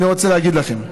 אני רוצה להגיד לכם,